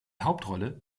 hauptrolle